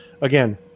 again